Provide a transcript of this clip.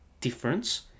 difference